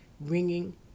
ringing